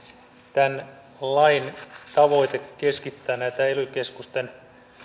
tämän lain tavoite keskittää näitä ely keskusten